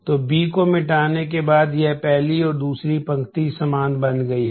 तो बी को मिटाने के बाद यह पहली और दूसरी पंक्ति समान बन गई है